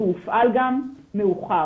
והוא הופעל גם מאוחר,